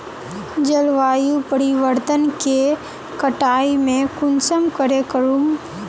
जलवायु परिवर्तन के कटाई में कुंसम करे करूम?